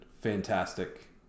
fantastic